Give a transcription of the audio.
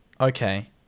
Okay